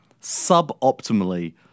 sub-optimally